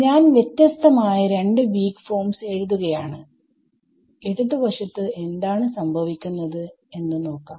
ഞാൻ വ്യത്യസ്തമായ രണ്ട് വീക് ഫോംസ് എഴുതുകയാണ് ഇടത് വശത്തു എന്താണ് സംഭവിക്കുന്നതെന്ന് നോക്കാം